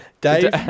Dave